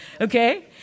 okay